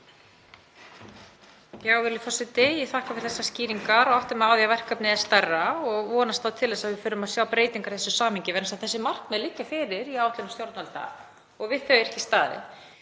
Virðulegi forseti. Ég þakka fyrir þessar skýringar og átta mig á að verkefnið er stærra og vonast til þess að við förum að sjá breytingar í þessu samhengi vegna þess að þessi markmið liggja fyrir í áætlunum stjórnvalda og við þau er ekki staðið.